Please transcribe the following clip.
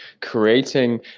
creating